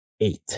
eight